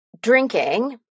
drinking